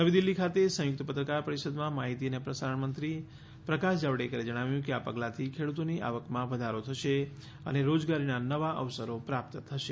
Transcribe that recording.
નવી દિલ્હી ખાતે સંયુક્ત પત્રકાર પરિષદમાં માહિતી અને પ્રસારણમંત્રી પ્રકાશ જાવડેકરે જણાવ્યું કે આ પગલાંથી ખેડૂતોની આવકમાં વધારો થશે અને રોજગારીના નવા અવસરો પ્રાપ્ત થશે